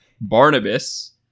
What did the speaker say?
Barnabas